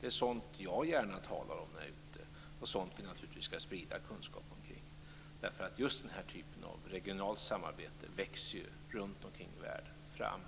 Detta är något jag gärna talar om när jag är ute och något vi naturligtvis skall sprida kunskap kring. Just den här typen av regionalt samarbete växer fram runt om i världen.